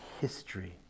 history